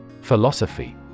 Philosophy